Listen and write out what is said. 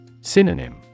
Synonym